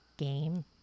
Game